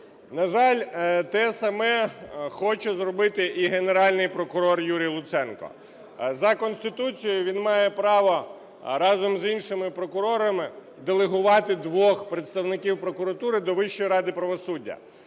На жаль, те саме хоче зробити і Генеральний прокурор Юрій Луценко. За Конституцією він має право разом з іншими прокурорами делегувати двох представників прокуратури до Вищої ради правосуддя.